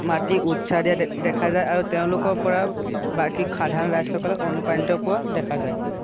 মাতি উৎসাহ দে দিয়া দেখা যায় আৰু তেওঁলোকৰ পৰা বাকী সাধাৰণ ৰাইজসকলে অনুপ্ৰাণিত পোৱা দেখা যায়